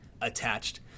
attached